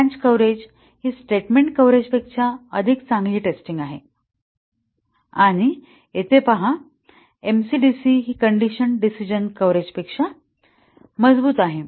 branch coverage ही statement कव्हरेजपेक्षा अधिक चांगली टेस्टिंग आहे आणि येथे पहा एमसी डीसी MCDC हि कंडिशन डिसीजन कव्हरेजपेक्षा मजबूत आहे